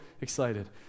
excited